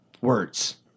words